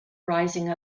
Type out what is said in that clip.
rising